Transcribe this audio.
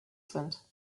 sind